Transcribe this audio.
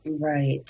Right